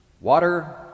water